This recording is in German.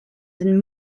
den